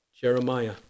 Jeremiah